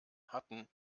hatten